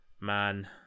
man